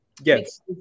Yes